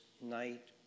night